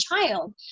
child